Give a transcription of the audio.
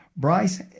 Bryce